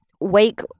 wake